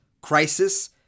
crisis